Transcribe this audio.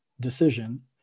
decision